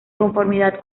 conformidad